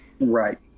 Right